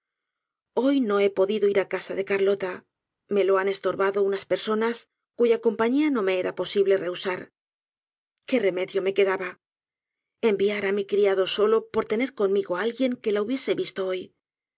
hoy no he podido ir á casa de carlota me lo han estorbado unas personas cuya compañía no me era posible rehusar qué remedio me quedaba enviar á mi criado solo por tener conmigo á alguien que la hubiese visto hoy